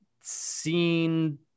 seen